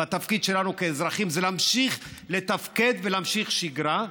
והתפקיד שלנו כאזרחים זה להמשיך לתפקד ולהמשיך בשגרה.